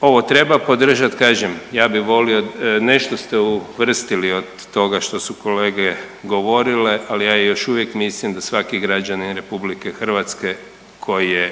ovo treba podržat. Kažem, ja bi volio, nešto ste uvrstili od toga što su kolege govorile, ali ja još uvijek mislim da svaki građanin RH koji je